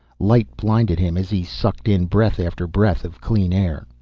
light blinded him as he sucked in breath after breath of clean air.